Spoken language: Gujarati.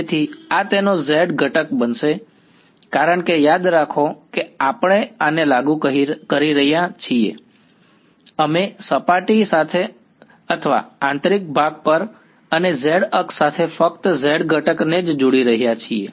તેથી આ તેનો z ઘટક બનશે કારણ કે યાદ રાખો કે આપણે આને લાગુ કરી રહ્યા છીએ અમે સપાટી સાથે અથવા આંતરિક ભાગ પર અને z અક્ષ સાથે ફક્ત z ઘટકને જ જોઈ રહ્યા છીએ